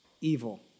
evil